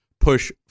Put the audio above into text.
push